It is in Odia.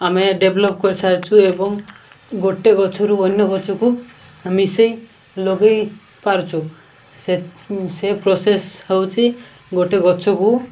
ଆମେ ଡେଭଲପ୍ କରିସାରିଛୁ ଏବଂ ଗୋଟେ ଗଛରୁ ଅନ୍ୟ ଗଛକୁ ମିଶାଇ ଲଗାଇପାରୁଛୁ ସେ ସେ ପ୍ରୋସେସ୍ ହେଉଛି ଗୋଟେ ଗଛକୁ